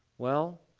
well,